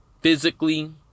Physically